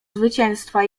zwycięstwa